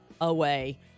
away